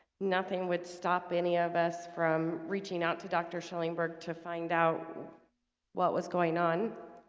nothing would stop any of us from reaching out to dr shiilingburg to find out what was going on